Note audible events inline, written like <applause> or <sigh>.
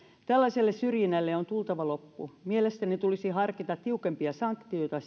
tällaiselle syrjinnälle on tultava loppu mielestäni tulisi harkita tiukempia sanktioita <unintelligible>